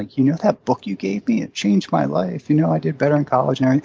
like you know that book you gave me? it changed my life. you know i did better in college and and